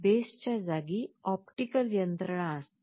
base च्या जागी optical यंत्रणा असते